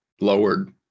lowered